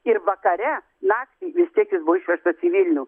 ir vakare naktį vis tiek jis buvo išvežtas į vilnių